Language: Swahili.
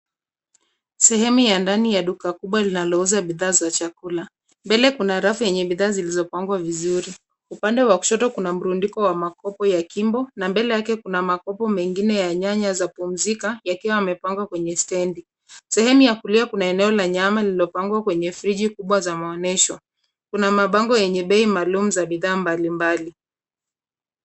Sehemu ya ndani ya duka kubwa linalouza bidhaa za chakula. Mbele kuna rafu yenye bidhaa zilizopangwa vizuri. Upande wa kushoto kuna mrundiko wa makopo ya kimbo na mbele yake kuna makopo mengine ya nyanya za pumzika yakiwa yamepangwa kwenye standi. Sehemu ya kulia kuna eneo la nyama lilopangwa kwenye friji kubwa za maonesho. Kuna mabango yenye bei maalum za bidhaa mbalimbali.